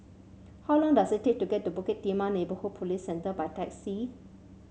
how long does it take to get to Bukit Timah Neighbourhood Police Centre by taxi